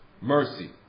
mercy